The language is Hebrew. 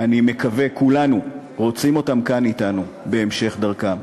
אני מקווה, כולנו רוצים אותם כאן אתנו בהמשך דרכם.